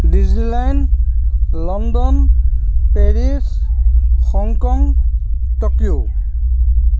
disneyland London Paris Hong Kong Tokyo